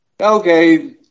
okay